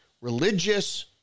religious